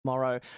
Tomorrow